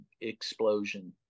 explosion